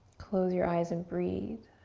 close your eyes and breathe.